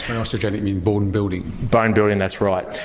and osteogenic meaning bone building? bone building that's right.